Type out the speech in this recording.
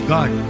God